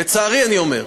לצערי, אני אומר.